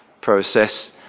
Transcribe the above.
process